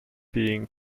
being